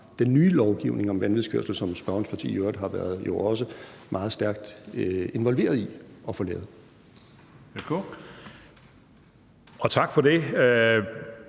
den nye lovgivning om vanvidskørsel, som spørgerens parti i øvrigt også har været meget stærkt involveret i at få lavet.